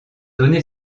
donné